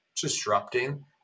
disrupting